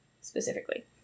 specifically